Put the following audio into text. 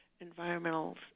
environmental